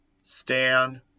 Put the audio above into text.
stand